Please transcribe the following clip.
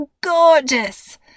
gorgeous